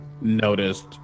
noticed